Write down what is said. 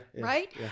right